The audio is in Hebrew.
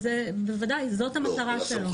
ובוודאי, זאת המטרה שלו.